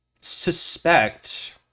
suspect